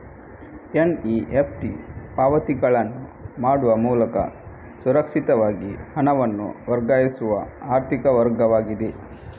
NEFT ಪಾವತಿಗಳನ್ನು ಮಾಡುವ ಮೂಲಕ ಸುರಕ್ಷಿತವಾಗಿ ಹಣವನ್ನು ವರ್ಗಾಯಿಸುವ ಆರ್ಥಿಕ ಮಾರ್ಗವಾಗಿದೆ